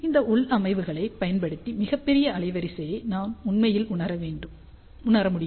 இந்த உள்ளமைவுகளைப் பயன்படுத்தி மிகப் பெரிய அலைவரிசையை நாம் உண்மையில் உணர முடியும்